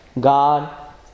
God